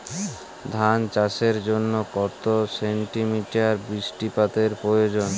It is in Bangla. ধান চাষের জন্য কত সেন্টিমিটার বৃষ্টিপাতের প্রয়োজন?